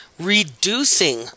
reducing